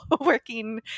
working